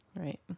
Right